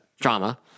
drama